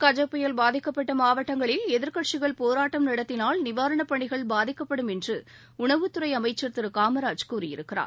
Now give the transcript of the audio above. கஜ புயல் பாதிக்கப்பட்ட மாவட்டங்களில் எதிர்க்கட்சிகள் போராட்டம் நடத்தினால் நிவாரணப் பணிகள் பாதிக்கப்படும் என்று உணவுத்துறை அமைச்சர் திரு காமராஜ் கூறியிருக்கிறார்